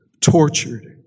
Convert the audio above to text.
tortured